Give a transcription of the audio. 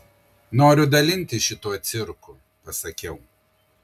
noriu dalintis šituo cirku pasakiau